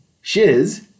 shiz